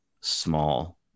small